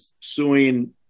suing